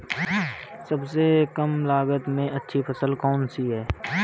सबसे कम लागत में अच्छी फसल कौन सी है?